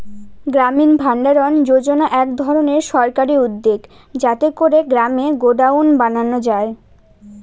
গ্রামীণ ভাণ্ডারণ যোজনা এক ধরনের সরকারি উদ্যোগ যাতে করে গ্রামে গডাউন বানানো যায়